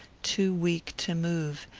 too weak to move,